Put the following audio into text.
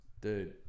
Dude